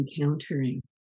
encountering